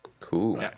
Cool